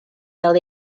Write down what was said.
fel